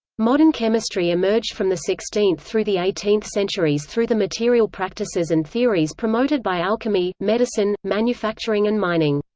modern chemistry emerged from the sixteenth through the eighteenth centuries through the material practices and theories promoted by alchemy, medicine, manufacturing and mining.